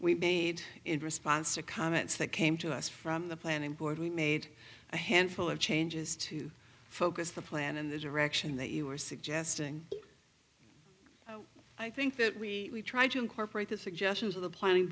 we made in response to comments that came to us from the planning board we made a handful of changes to focus the plan in the direction that you are suggesting i think that we tried to incorporate the suggestions of the planning